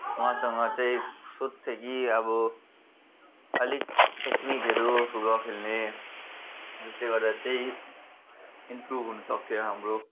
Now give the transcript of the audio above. उहाँसँग चाहिँ सोध्थेँ कि अब अलिक टेक्निकहरू फुटबल खेल्ने जसले गर्दा चाहिँ इम्प्रुभ हुनुसक्थ्यो हाम्रो